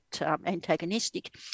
antagonistic